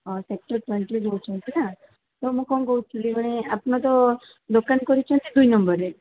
ହଁ ସେକ୍ଟର ଟ୍ୱେଣ୍ଟିରେ ରହୁଛନ୍ତି ନା ତ ମୁଁ କ'ଣ କହୁଥିଲି ମାନେ ଆପଣ ତ ଦୋକାନ କରିଛନ୍ତି ଦୁଇ ନମ୍ୱରରେ